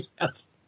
Yes